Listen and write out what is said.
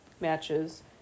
matches